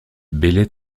bailey